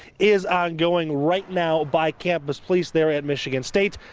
is ongoing right now by campus police there at michigan state.